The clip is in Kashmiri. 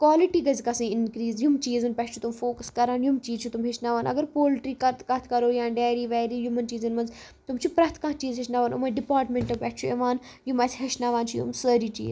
کالٹی گژھِ گژھٕۍ اِنکریٖز یِم چیٖزَن پٮ۪ٹھ چھِ تم فوکَس کَران یِم چیٖز چھِ تٕم ہیٚچھناوان اگر پولٹری کَتھ کَرو یا ڈٮ۪ری وٮ۪ری یِمَن چیٖزَن منٛز تِم چھِ پرٮ۪تھ کانٛہہ چیٖز ہیٚچھناو أمَے ڈِپارٹمنٹَن پٮ۪ٹھ چھُ یِوان یِم اَسہِ ہیٚچھناوان چھِ یِم سٲری چیٖز